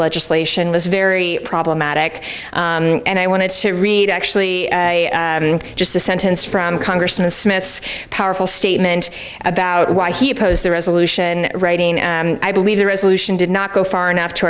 legislation was very problematic and i wanted to read actually just a sentence from congressman smith's powerful statement about why he opposed the resolution writing i believe the resolution did not go far enough to